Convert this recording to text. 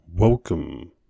Welcome